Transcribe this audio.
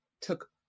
took